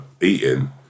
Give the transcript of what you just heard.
eating